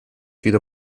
wieder